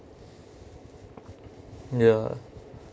ya